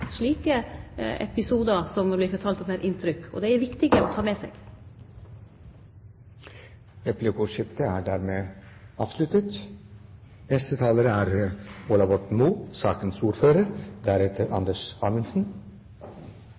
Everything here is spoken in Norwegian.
slike episodar som det vert fortalt om her, inntrykk. Dei er viktige å ta med seg. Replikkordskiftet er dermed avsluttet.